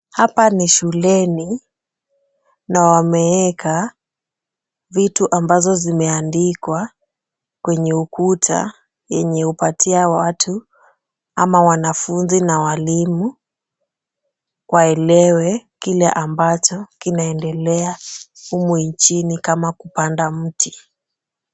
Hapa ni shuleni na wameeka vitu ambazo zimeandikwa kwenye ukuta, yenye hupatia watu ama wanafunzi na walimu, waelewe kile ambacho kinaendelea humu nchini kama kupanda mti.